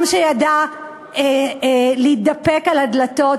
עם שידע להתדפק על הדלתות,